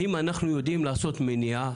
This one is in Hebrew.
האם אנחנו יודעים לעשות מניעה?